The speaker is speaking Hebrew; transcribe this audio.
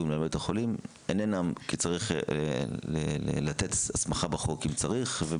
למנהלי בתי חולים איננה כי צריך לתת הסמכה בחוק אם צריך,